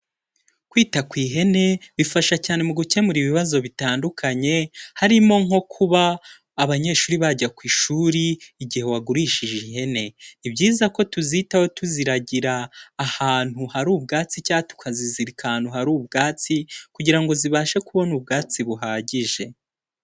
Kwita ku ihene bifasha cyane mu gukemura ibibazo bitandukanye, harimo nko kuba abanyeshuri bajya ku ishuri mu gihe wagurishije ihene. Ni byiza ko tuzitaho tuziragira ahantu hari ubwatsi cyangwa tukazizirika ahantu hari ubwatsi, kugira ngo zibashe kubona ubwatsi buhagije.